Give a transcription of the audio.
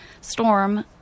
Storm